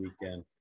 weekend